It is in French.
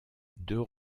deux